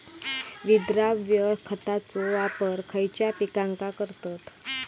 विद्राव्य खताचो वापर खयच्या पिकांका करतत?